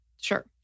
Sure